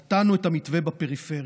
נתנו את המתווה בפריפריה,